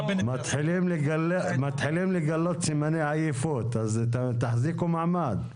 אתם מתחילים לגלות סימני עייפות אז תחזיקו מעמד.